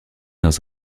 dans